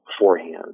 beforehand